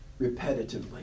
repetitively